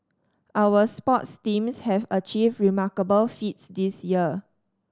our sports teams have achieved remarkable feats this year